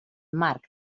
marc